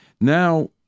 Now